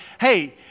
hey